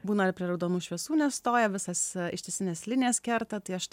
būna ir prie raudonų šviesų nestoja visas ištisinės linijos kerta tai aš